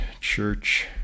church